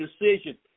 decision